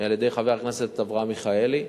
על-ידי חבר הכנסת אברהם מיכאלי,